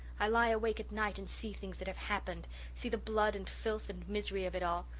i lie awake at night and see things that have happened see the blood and filth and misery of it all.